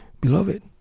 Beloved